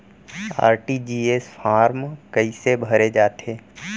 RTGS form कइसे भरे जाथे?